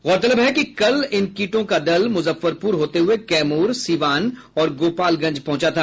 गौरतलब है कि कल इन कीटों का दल मुजफ्फरपुर होते हुये कैमूर सीवान और गोपालगंज पहुंचा था